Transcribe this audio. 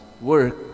work